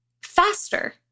faster